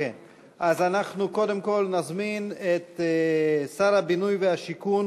קודם כול נזמין את שר הבינוי והשיכון,